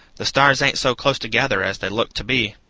the stars ain't so close together as they look to be.